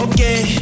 Okay